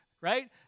Right